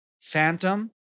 Phantom